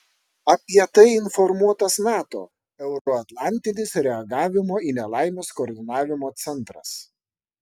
apie tai informuotas nato euroatlantinis reagavimo į nelaimes koordinavimo centras